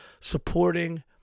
supporting